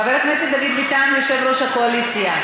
חבר הכנסת דוד ביטן, יושב-ראש הקואליציה,